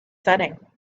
setting